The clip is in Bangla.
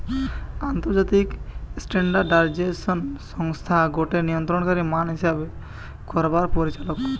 আন্তর্জাতিক স্ট্যান্ডার্ডাইজেশন সংস্থা গটে নিয়ন্ত্রণকারী মান হিসেব করবার পরিচালক